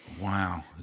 Wow